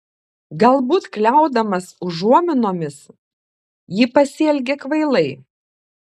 galbūt kliaudamas užuominomis ji pasielgė kvailai